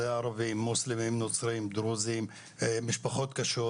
ערבים מוסלמים, נוצרים, דרוזים, משפחות מרקע קשה.